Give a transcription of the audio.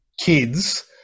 kids